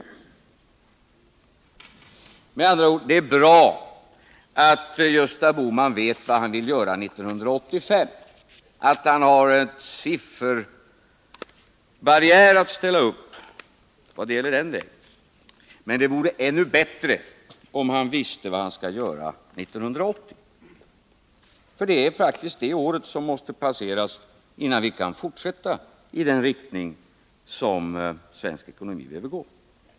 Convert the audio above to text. Det är med andra ord bra att Gösta Bohman vet vad han vill göra 1985, och att han har en sifferbarriär att ställa upp när det gäller den delen, men det vore ännu bättre om han visste vad han skall göra 1980. Det året måste faktiskt passeras, innan vi kan fortsätta i den riktning som svensk ekonomi behöver gå.